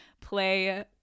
play